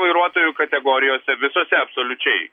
vairuotojų kategorijose visose absoliučiai